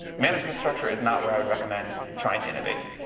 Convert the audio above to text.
management structure is not, where i would recommend trying to innovate.